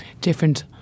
different